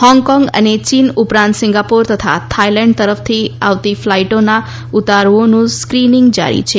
Hong Kong અને ચીન ઉપરાંત સિંગાપોર તથા થાઇલેન્ડ તરફથી આવતી ફ્લાઇટોના ઉતારુઓનું સ્ક્રીમિંગ જારી છે